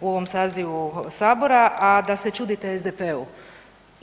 u ovom sazivu sabora, a da se čudite SDP-u.